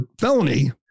felony